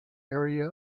area